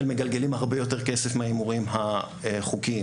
מגלגלים הרבה יותר כסף מההימורים החוקיים.